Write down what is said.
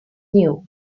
new